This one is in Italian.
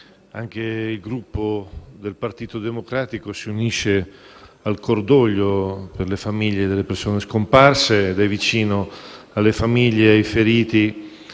anche il Gruppo Partito Democratico si unisce al cordoglio per le famiglie delle persone scomparse ed è vicino alle famiglie e ai feriti